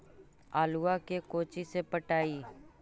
आलुआ के कोचि से पटाइए?